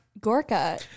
gorka